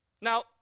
Now